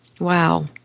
Wow